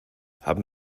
haben